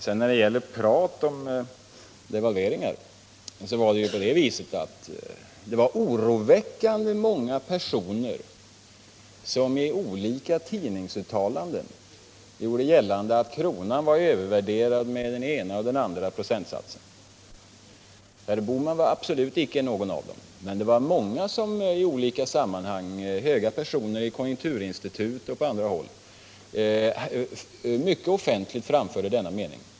När det sedan gäller pratet om devalveringen så var det ju oroväckande många personer som i olika tidningsuttalanden gjorde gällande att kronan var övervärderad med den ena eller andra procentsatsen. Herr Bohman var absolut icke någon av dem. Men det var många — höga personer i konjunkturinstitut och på andra håll — som i olika sammanhang mycket offentligt framförde denna mening.